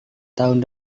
tahun